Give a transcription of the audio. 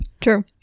True